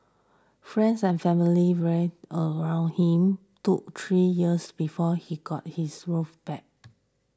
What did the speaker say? friends and family rallied around him took three years before he got his groove back